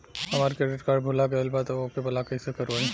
हमार credit card भुला गएल बा त ओके ब्लॉक कइसे करवाई?